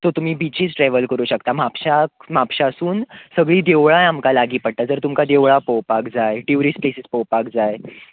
so तुमी बिचीस travel करूंक शकता म्हापशा म्हापशासून सगळीं देवळांय आमकां लागीं पडटा जर तुमकां देवळां पळोवपाक जाय ट्युरीस्ट प्लॅसीस पळोवपाक जाय